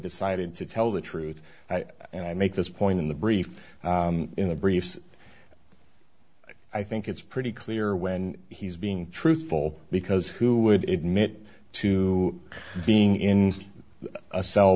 decided to tell the truth and i make this point in the brief in the briefs i think it's pretty clear when he's being truthful because who would admit to being in a cell